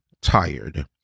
tired